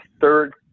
third